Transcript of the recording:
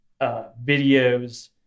videos